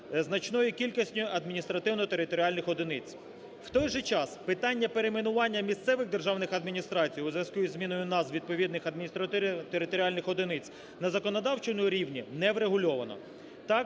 значної кількості адміністративно-територіальних одиниць. В той же час питання перейменування місцевих державних адміністрацій, у зв'язку із зміною назви відповідних адміністративно-територіальних одиниць, на законодавчому рівні не врегульовано.